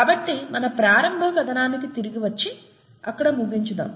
కాబట్టి మన ప్రారంభ కథనానికి తిరిగి వచ్చి అక్కడ ముగించుదాం